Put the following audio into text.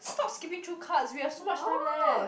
stop skipping through cards we have so much time left